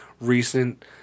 recent